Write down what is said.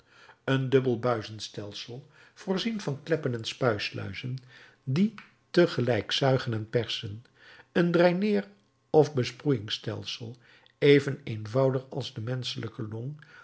een dubbel buizenstoestel voorzien van kleppen en spuisluizen die tegelijk zuigen en persen een draineer of besproeiingsstelsel even eenvoudig als de menschelijke long